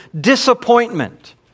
disappointment